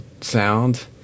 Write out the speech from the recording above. sound